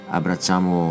Abbracciamo